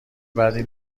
بدی